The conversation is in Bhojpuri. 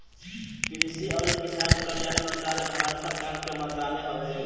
कृषि अउरी किसान कल्याण मंत्रालय भारत सरकार के मंत्रालय हवे